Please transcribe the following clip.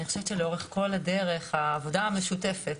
אני חושבת שלאורך כל הדרך העבודה המשותפת,